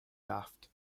daft